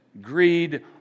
greed